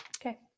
Okay